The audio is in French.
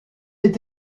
est